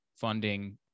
funding